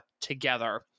together